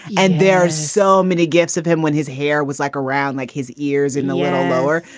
and there are so many gifts of him when his hair was like around like his ears in a little lower,